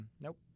Nope